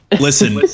Listen